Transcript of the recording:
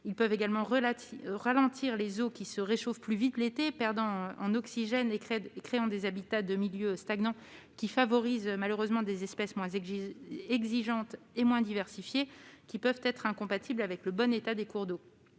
Ils peuvent également ralentir les eaux qui se réchauffent alors plus vite l'été, perdent en oxygène et créent des habitats de milieux stagnants, lesquels favorisent malheureusement des espèces moins exigeantes et moins diversifiées, parfois incompatibles avec le bon état des cours d'eau.